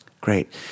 Great